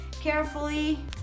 carefully